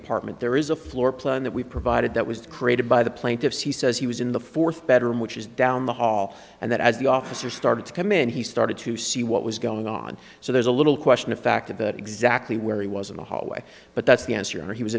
apartment there is a floor plan that we provided that was created by the plaintiffs he says he was in the fourth bedroom which is down the hall and that as the officer started to come in he started to see what was going on so there's a little question of fact of that exactly where he was in the hallway but that's the answer he